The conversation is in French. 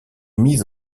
mis